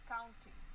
County